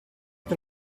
che